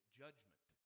judgment